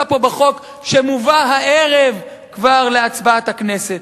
פה בחוק שמובא כבר הערב להצבעת הכנסת.